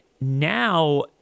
Now